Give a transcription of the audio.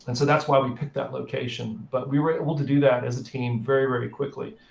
and so that's why we picked that location. but we were able to do that as a team very, very quickly.